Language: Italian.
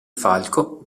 falco